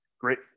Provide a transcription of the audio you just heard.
great